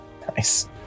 Nice